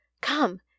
Come